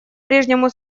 прежнему